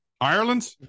Ireland